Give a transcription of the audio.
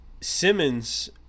Simmons